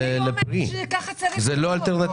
אני לא אומרת שכך זה צריך להיות.